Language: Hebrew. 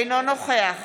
אינו נוכח